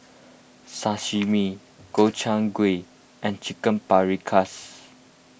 Sashimi Gobchang Gui and Chicken Paprikas